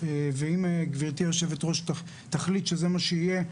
ואם גבירתי היו"ר תחליט שזה מה שיהיה,